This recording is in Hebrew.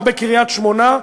או בקריית-שמונה,